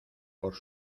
por